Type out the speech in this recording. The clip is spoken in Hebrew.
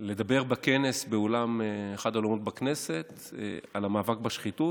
לדבר בכנס באחד האולמות בכנסת על המאבק בשחיתות,